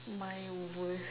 my worst